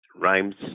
rhymes